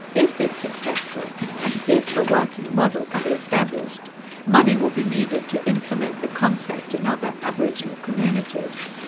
if it's successful and if a working model can be established money will be needed to implement the concept in other aboriginal communities.